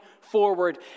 forward